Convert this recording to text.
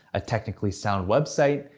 a technically sound website,